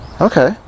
Okay